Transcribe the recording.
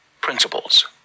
Principles